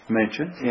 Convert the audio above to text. mentioned